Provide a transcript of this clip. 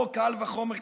או קל וחומר,